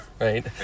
right